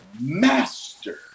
master